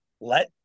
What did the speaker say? let